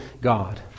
God